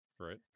Right